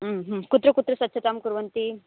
कुत्र कुत्र स्वच्छतां कुर्वन्ति